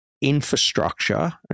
infrastructure